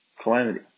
calamity